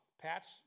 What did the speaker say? Pat's